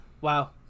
wow